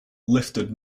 lifted